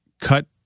cut